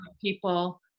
people